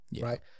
right